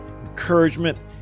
encouragement